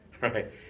right